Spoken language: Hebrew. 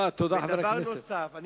ודבר נוסף, תודה, חבר הכנסת זאב.